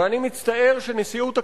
ואני מצטער שנשיאות הכנסת,